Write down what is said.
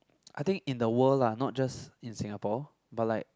I think in the world lah not just in Singapore but like